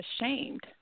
ashamed